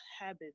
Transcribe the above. habit